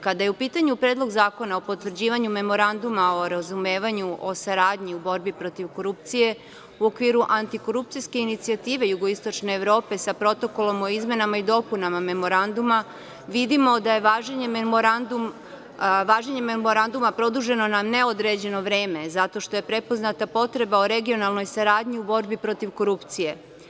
Kada je u pitanju Predlog zakona o potvrđivanju memoranduma o razumevanju o saradnji u borbi protiv korupcije, u okviru antikorupcijske inicijative jugoistočne Evrope sa protokolom o izmenama i dopunama Memoranduma, vidimo da je važenje memoranduma produženo na neodređeno vreme zato što je prepoznata potreba o regionalnoj saradnji u borbi protiv korupcije.